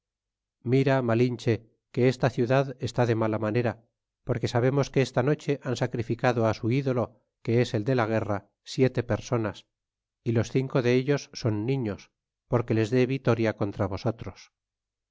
mira malinclie que esta ciudad está de mala manera porque sabemos que esta noche han sacrificado a su ídolo que es el de la guerra siete personas y los cinco de ellos son niños porque les dé vitoria contra vosotros